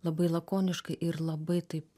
labai lakoniškai ir labai taip